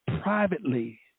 privately